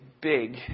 big